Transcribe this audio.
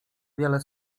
wiele